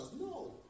No